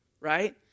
right